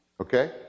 okay